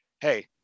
hey